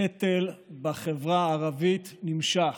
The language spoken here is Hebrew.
הקטל בחברה הערבית נמשך.